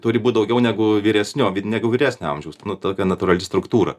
turi būt daugiau negu vyresnių negu vyresnio amžiaus nu tokia natūrali struktūra